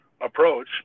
approach